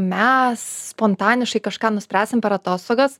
mes spontaniškai kažką nuspręsim per atostogas